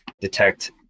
detect